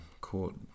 caught